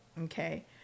Okay